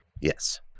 Yes